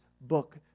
book